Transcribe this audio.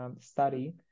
study